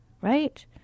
Right